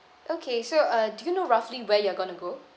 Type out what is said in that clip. okay so uh do you know roughly where you are gonna go